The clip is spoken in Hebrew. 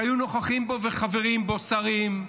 שהיו נוכחים בו וחברים בו שרים,